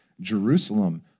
Jerusalem